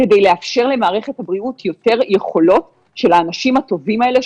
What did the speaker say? כדי לאפשר למערכת הבריאות יותר יכולות של האנשים הטובים האלה,